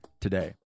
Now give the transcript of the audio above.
today